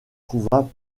trouva